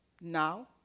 now